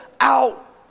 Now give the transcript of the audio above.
out